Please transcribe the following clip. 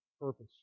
purpose